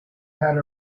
had